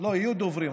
יהיו דוברים.